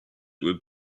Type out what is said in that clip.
would